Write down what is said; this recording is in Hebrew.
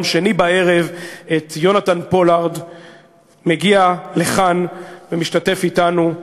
שני בערב את יונתן פולארד מגיע לכאן ומשתתף אתנו.